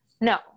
No